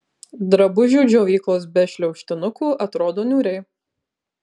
drabužių džiovyklos be šliaužtinukų atrodo niūriai